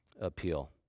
appeal